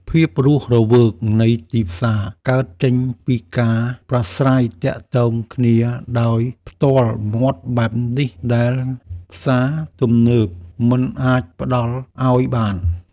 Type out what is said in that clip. ភាពរស់រវើកនៃទីផ្សារកើតចេញពីការប្រាស្រ័យទាក់ទងគ្នាដោយផ្ទាល់មាត់បែបនេះដែលផ្សារទំនើបមិនអាចផ្ដល់ឱ្យបាន។